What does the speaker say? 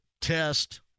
test